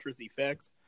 Effects